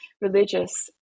religious